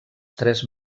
tres